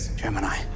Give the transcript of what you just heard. gemini